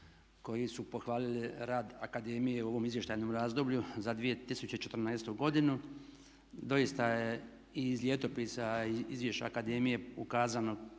koji su pohvalili rad akademije u ovom izvještajnom razdoblju za 2014.godinu. Doista je i iz Ljetopisa i izvješća akademije ukazano